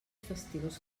fastigós